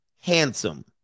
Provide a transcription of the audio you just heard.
handsome